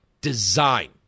design